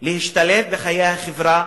להשתלב בחיי החברה,